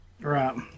right